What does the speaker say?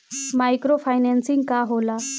Micro financing का होला?